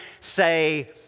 say